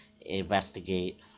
investigate